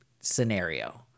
scenario